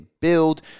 build